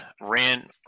Ran